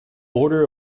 order